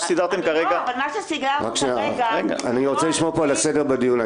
אבל מה שסידרנו כרגע -- אני רוצה לשמור על הסדר בדיון.